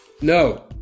No